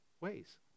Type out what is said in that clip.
ways